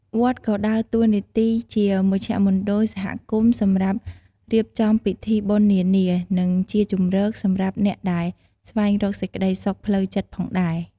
វត្តក៏ដើរតួនាទីជាមជ្ឈមណ្ឌលសហគមន៍សម្រាប់រៀបចំពិធីបុណ្យនានា និងជាជម្រកសម្រាប់អ្នកដែលស្វែងរកសេចក្ដីសុខផ្លូវចិត្តផងដែរ។